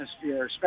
atmosphere